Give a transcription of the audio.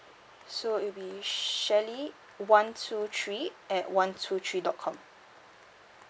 so it'll be shirley one two three at one two three dot com